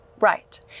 right